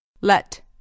Let